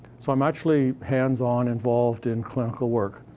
so i'm actually hands-on involved in clinical work,